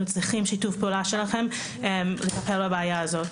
צריכים שיתוף פעולה שלכם לטפל בבעיה הזאת.